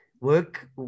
work